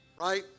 right